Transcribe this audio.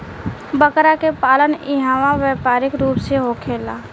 बकरा के पालन इहवा व्यापारिक रूप से होखेला